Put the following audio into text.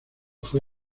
fue